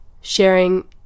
sharing